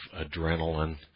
adrenaline